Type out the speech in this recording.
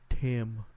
Tim